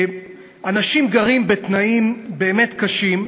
אנשים גרים בתנאים באמת קשים,